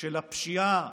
של הפשיעה